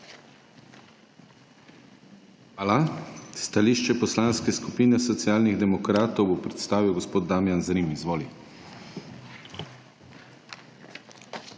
Hvala. Stališče Poslanske skupine Socialnih demokratov bo predstavil gospod Soniboj Knežak. Izvolite!